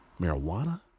marijuana